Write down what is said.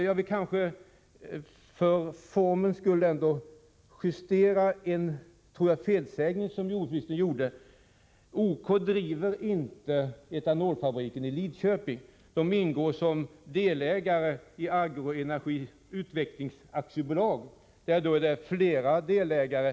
Jag vill ändå för formens skull justera en felsägning som jag tror att jordbruksministern gjorde. OK driver inte etanolfabriken i Lidköping. Den ingår som delägare i Agroenergi Utveckling AB, som har flera delägare.